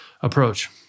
approach